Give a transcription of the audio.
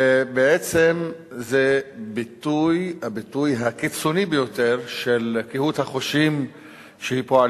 בעצם זה הביטוי הקיצוני ביותר של קהות החושים שהיא פועל